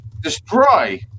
destroy